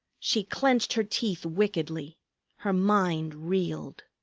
she clenched her teeth wickedly her mind reeled.